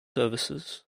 services